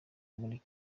muri